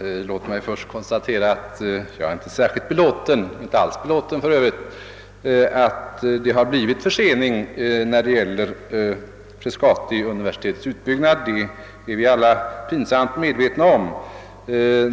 Låt mig först konstatera att jag inte är särskilt belåten — för övrigt inte alls belåten — med att det blivit en försening av universitetets utbyggnad vid Frescati. Den förseningen är vi alla pinsamt medvetna om.